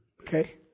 Okay